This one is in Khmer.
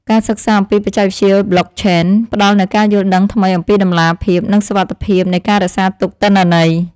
ការសិក្សាអំពីបច្ចេកវិទ្យាប្លុកឆេនផ្តល់នូវការយល់ដឹងថ្មីអំពីតម្លាភាព និងសុវត្ថិភាពនៃការរក្សាទុកទិន្នន័យ។